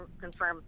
confirm